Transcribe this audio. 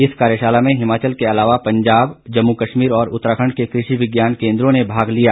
इस कार्यशाला में हिमाचल के अलावा पंजाब जम्मू कश्मीर और उत्तराखण्ड के कृषि विज्ञान केन्द्रों ने भाग लिया